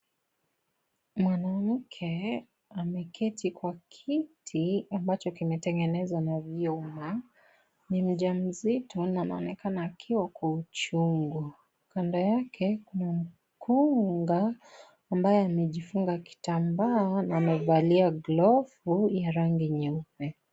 Mwanamke ameketi kwa kiti ambacho kimetengenezwa na vyuma ni mjamzito na anaonekana akiwa kwa uchungu, kando yake kuna mkunga ambaye amejifunga kitambaa na amevalia glovu ya rangi nyeupe.